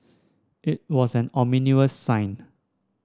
it was an ominous sign